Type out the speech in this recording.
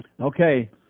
Okay